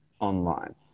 online